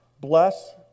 Bless